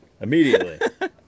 immediately